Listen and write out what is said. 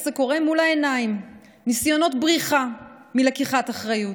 זה קורה מול העיניים: ניסיונות בריחה מלקיחת אחריות,